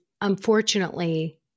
unfortunately